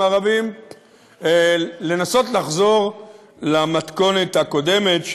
הערבים לנסות לחזור למתכונת הקודמת,